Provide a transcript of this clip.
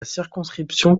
circonscription